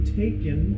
taken